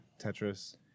Tetris